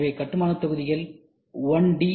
எனவே கட்டுமானத் தொகுதிகள் 1 டி